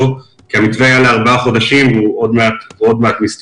כי המתווה היה לארבעה חודשים והוא עוד מעט מסתיים.